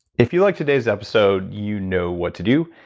if you liked today's episode, you know what to do.